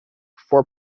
for